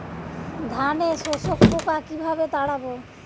ধানে শোষক পোকা কিভাবে তাড়াব?